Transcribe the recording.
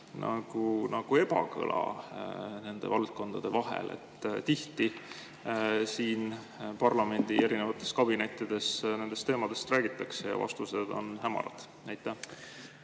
ebakõla nende valdkondade vahel? Tihti siin parlamendi erinevates kabinettides nendest teemadest räägitakse ja vastused on olnud hämarad. Aitäh,